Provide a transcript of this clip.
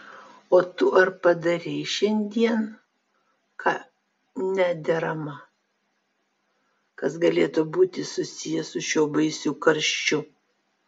o tu ar padarei šiandien ką nederama kas galėtų būti susiję su šiuo baisiu karščiu